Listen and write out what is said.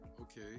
okay